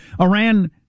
Iran